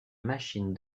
machine